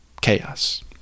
chaos